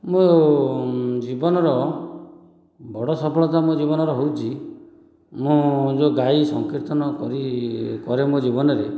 ମୋ ଜୀବନର ବଡ଼ ସଫଳତା ମୋ ଜୀବନର ହେଉଛି ମୁଁ ଯେଉଁ ଗାଏ ସଂକୀର୍ତ୍ତନ କରି କରେ ମୋ ଜୀବନରେ